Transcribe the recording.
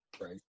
right